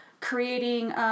creating